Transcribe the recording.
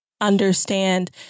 understand